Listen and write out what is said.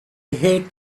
hate